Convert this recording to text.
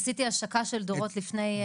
עשיתי השקה של דורות לפני כמה שנים.